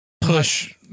push